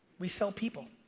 we sell people.